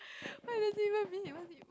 what does it even mean what does it